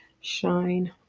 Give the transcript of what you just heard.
Shine